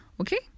Okay